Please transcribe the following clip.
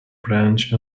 branch